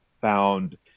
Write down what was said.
found